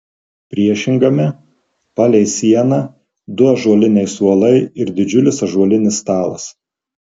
priešingame palei sieną du ąžuoliniai suolai ir didžiulis ąžuolinis stalas